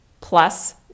plus